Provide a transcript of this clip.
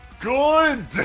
Good